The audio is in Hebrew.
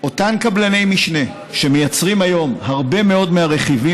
אותם קבלני משנה שמייצרים היום הרבה מאוד מהרכיבים